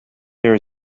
there